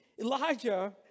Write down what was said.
Elijah